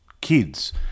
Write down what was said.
kids